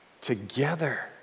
together